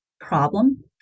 problem